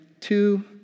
two